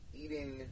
eating